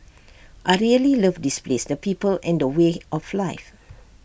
I really love this place the people and the way of life